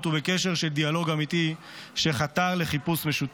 בקשר של דיאלוג אמיתי שחתר לחיפוש משותף.